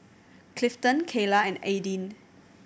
Clifton Kayla and Aidyn